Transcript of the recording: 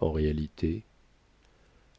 en réalité